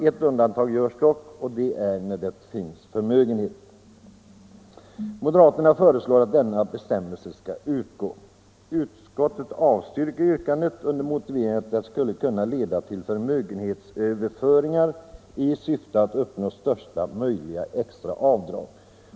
Ett undantag görs dock om det finns förmögenhet. Moderaterna föreslår att denna bestämmelse skall utgå. Utskottet avstyrker yrkandet med motivering att det skulle kunna leda till förmögenhetsöverföringar i syfte att uppnå största möjliga extra avdrag.